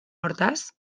hortaz